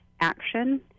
action